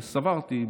וסברתי,